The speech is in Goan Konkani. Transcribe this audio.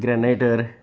ग्रॅनायटर